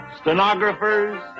stenographers